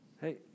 Hey